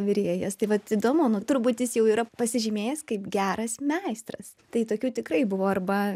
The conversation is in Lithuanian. virėjas tai vat įdomu nu turbūt jis jau yra pasižymėjęs kaip geras meistras tai tokių tikrai buvo arba